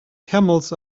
camels